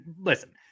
listen